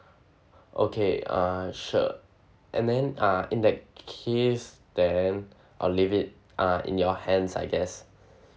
okay uh sure and then uh in that case then I'll leave it uh in your hands I guess